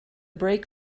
brake